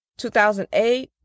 2008